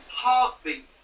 Heartbeat